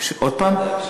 עוד הפעם.